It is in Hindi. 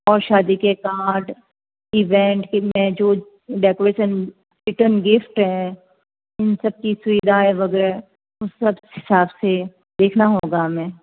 और शादी के कार्ड इवेंट के हैं जो डेकोरेशन रिटर्न गिफ़्ट है उन सबकी सुविधाएं वगैरह उस सब हिसाब से देखना होगा हमें